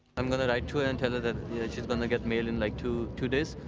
i'm gonna write to her and tell that she's gonna get mail in like two two days.